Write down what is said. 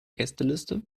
gästeliste